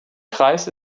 kreis